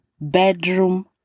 Bedroom